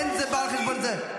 אין זה בא על חשבון זה.